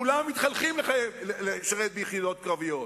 כולם מתחנכים לשרת ביחידות קרביות.